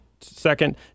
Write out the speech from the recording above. Second